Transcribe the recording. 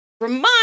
remind